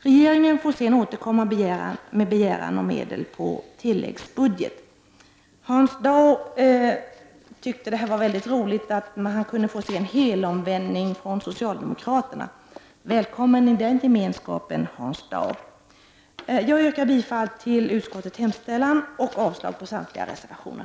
Regeringen får sedan återkomma med begäran om medel på tillläggsbudget. Hans Dau tyckte att det var roligt att få se socialdemokraterna göra en helomvändning. Välkommen i den gemenskapen, Hans Dau! Jag yrkar bifall till utskottets hemställan och avslag på samtliga reservationer.